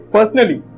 Personally